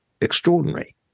extraordinary